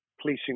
policing